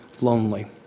lonely